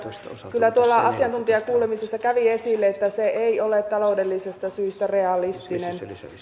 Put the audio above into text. kyllä tuolla asiantuntijakuulemisissa kävi esille että se ei ole taloudellisista syistä realistinen